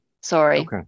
Sorry